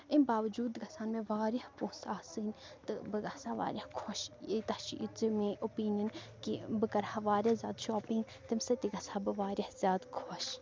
اَمہِ باوجوٗد گژھٕ ہا مےٚ واریاہ پونٛسہٕ آسٕنۍ تہٕ بہٕ گژھٕ ہا واریاہ خۄش ییٖتیاہ چھِ یہِ ژٕ میٲنۍ اوپیٖنِیَن کہِ بہٕ کَرٕ ہا واریاہ زیادٕ شاپِنگ تَمہِ سۭتۍ تہِ گژھٕ ہا بہٕ واریاہ زیادٕ خۄش